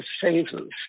phases